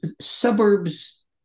suburbs